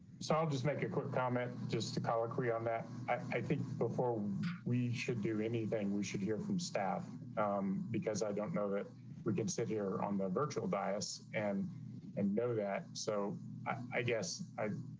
so i'll just make a quick comment just to colloquy on that i think before we should do anything we should hear from staff because i don't know that we can sit here on the virtual bias and and know that so i guess i